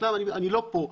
אז אני לא פה,